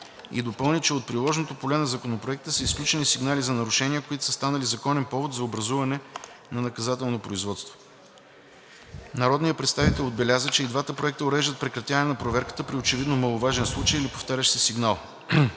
и допълни, че от приложното поле на законопроектите са изключени сигнали за нарушения, които са станали законен повод за образуване на наказателно производство. Народният представител отбеляза, че и двата проекта уреждат прекратяване на проверката при очевидно маловажен случай или повтарящ се сигнал.